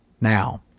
Now